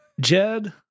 Jed